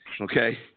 okay